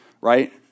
right